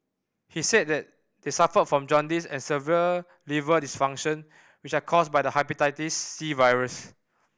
he said that they suffered from jaundice and severe liver dysfunction which are caused by the Hepatitis C virus